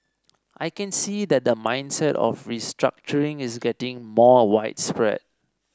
I can see that the mindset of restructuring is getting more widespread